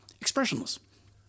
Expressionless